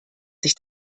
sich